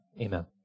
Amen